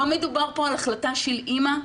לא מדובר פה על החלטה של אמא,